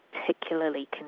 particularly